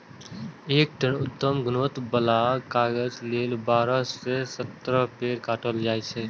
एक टन उत्तम गुणवत्ता बला कागज लेल बारह सं सत्रह पेड़ काटल जाइ छै